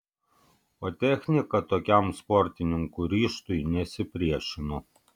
o technika tokiam sportininkų ryžtui nesipriešino